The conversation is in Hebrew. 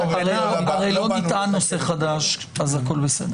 הרי לא נטען נושא חדש, אז הכול בסדר.